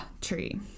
tree